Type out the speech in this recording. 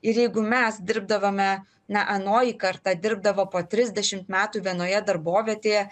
ir jeigu mes dirbdavome na anoji karta dirbdavo po trisdešimt metų vienoje darbovietėje